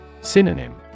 Synonym